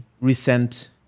recent